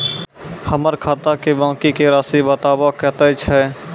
हमर खाता के बाँकी के रासि बताबो कतेय छै?